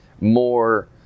more